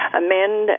amend